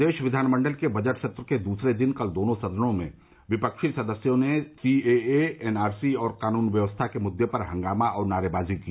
प्रदेश विधानमंडल के बजट सत्र के दूसरे दिन कल दोनों सदनों में विपक्षी सदस्यों ने C A A N R C और कानून व्यवस्था के मुददे पर हंगामा और नारेबाजी की